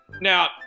Now